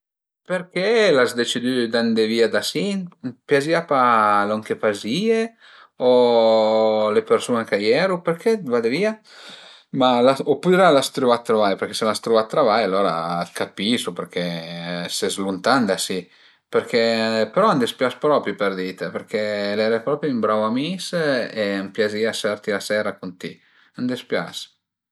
Perché l'as decidü d'andé via da si? A t'piazìa pa lon che fazìe? O le persun-e ch'a ieru? Perché vade via? Ma opüra l'as truva travai? Perché se l'as truvà travai alura t'capisu perché ses luntan da si perché però a m'dëspias propi përdite perché l'era propi ün brau amis e a m'piazìa sörti la seira cun ti, a m'dëspias